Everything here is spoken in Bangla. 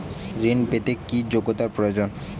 ঋণ পেতে কি যোগ্যতা প্রয়োজন?